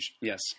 Yes